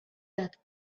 that